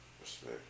Respect